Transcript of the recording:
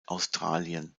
australien